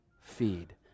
feed